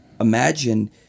imagine